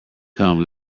come